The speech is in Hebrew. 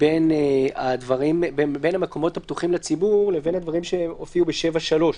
בין המקומות הפתוחים לציבור לבין הדברים שהופיעו ב-7(3),